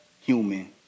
human